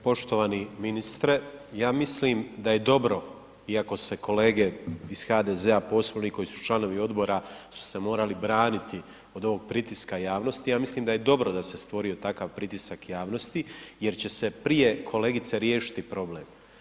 Dakle, poštovani ministre ja mislim da je dobro iako se kolege iz HDZ-a posebno oni koji su članovi odbora su se morali braniti od ovog pritiska javnosti, ja mislim da je dobro da se stvorio takav pritisak javnosti jer će prije kolegice riješiti problem.